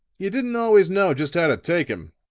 you didn't always know just how to take him.